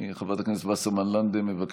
הוראת